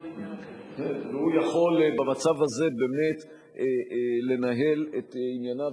יכול במצב הזה באמת לנהל את ענייניו